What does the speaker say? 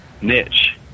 niche